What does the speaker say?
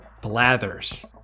Blathers